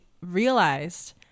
realized